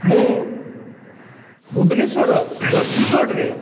ମୁଁ ଭୁବନେଶ୍ୱର ରସୁଲଗଡ଼ରେ